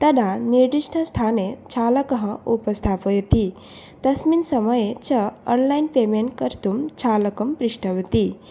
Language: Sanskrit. तदा निर्दिष्टस्थाने चालकः उपस्थापयति तस्मिन् समये च आन्लैन् पेमेण्ट् कर्तुं चालकं पृष्ठवती